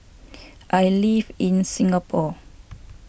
I live in Singapore